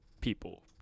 people